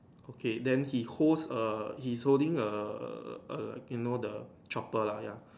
okay then he holds err he is holding err you know the chopper lah ya